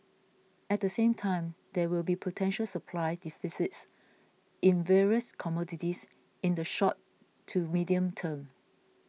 at the same time there will be potential supply deficits in various commodities in the short to medium term